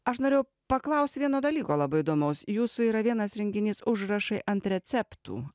aš norėjau paklausti vieno dalyko labai įdomaus jūsų yra vienas renginys užrašai ant receptų